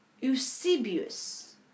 Eusebius